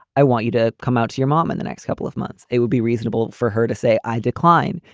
i want you to come out to your mom in the next couple of months. it would be reasonable for her to say i decline.